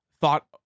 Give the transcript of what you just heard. thought